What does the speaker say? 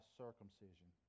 circumcision